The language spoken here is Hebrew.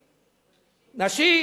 נשים.